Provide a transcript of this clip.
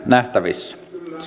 nähtävissä